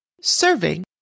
Serving